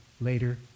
Later